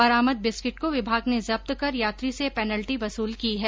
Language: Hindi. बरामद बिस्किट को विभाग ने जब्त कर यात्री से पेनल्टी वसूल की है